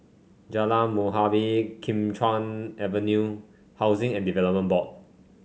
Jalan Muhibbah Kim Chuan Avenue Housing and Development Board